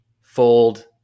Fold